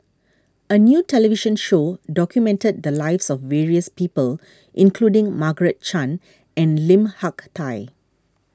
a new television show documented the lives of various people including Margaret Chan and Lim Hak Tai